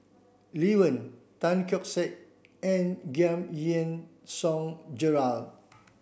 Lee Wen Tan Keong Saik and Giam Yean Song Gerald